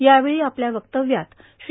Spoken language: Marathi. यावेळी आपल्या वक्तव्यात श्री